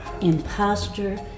Imposter